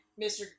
Mr